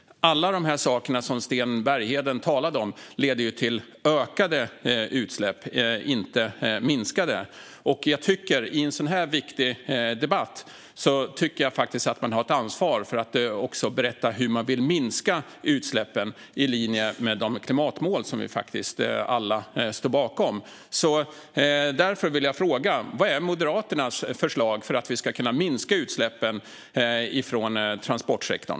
Alla de saker som Sten Bergheden talade om leder till ökade utsläpp, inte minskade. I en sådan här viktig debatt tycker jag att man har ett ansvar för att också berätta hur man vill minska utsläppen, i linje med de klimatmål som vi faktiskt alla står bakom. Därför vill jag fråga: Vad är Moderaternas förslag för att vi ska kunna minska utsläppen från transportsektorn?